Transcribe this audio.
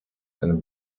and